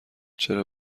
چرا